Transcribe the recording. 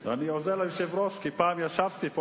אני לא יודע מה אני אעשה בחודש פגרה,